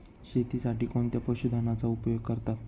शेतीसाठी कोणत्या पशुधनाचा उपयोग करतात?